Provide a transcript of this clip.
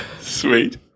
Sweet